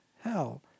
hell